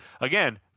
again